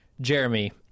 Jeremy